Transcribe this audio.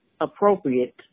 appropriate